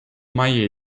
mai